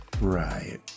Right